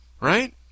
right